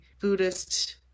Buddhist